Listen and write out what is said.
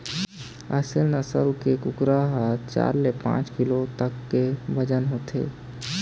असेल नसल के कुकरा ह चार ले पाँच किलो तक के बजन होथे